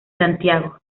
santiago